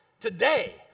Today